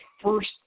first